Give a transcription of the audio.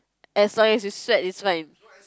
as long as you sweat is fine